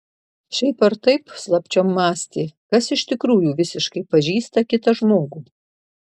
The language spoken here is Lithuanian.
šiaip ar taip slapčiom mąstė kas iš tikrųjų visiškai pažįsta kitą žmogų